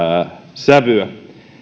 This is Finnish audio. sävyä